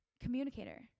communicator